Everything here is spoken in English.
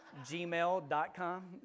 gmail.com